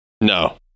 No